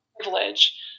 privilege